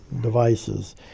devices